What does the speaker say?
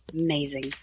amazing